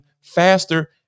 faster